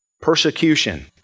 Persecution